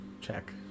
check